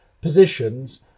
positions